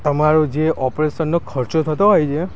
તમારો જે ઓપરેશનનો ખર્ચો થતો હોય છે